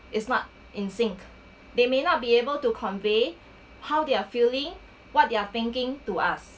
is not in sync they may not be able to convey how they're feeling what they're thinking to us